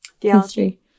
history